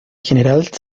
general